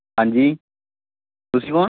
ਹਾਂਜੀ ਤੁਸੀਂ ਕੌਣ